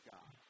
God